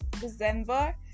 December